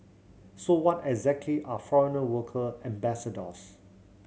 so what exactly are foreign worker ambassadors